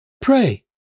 pray